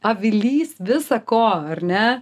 avilys visa ko ar ne